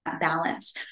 balance